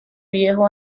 viejo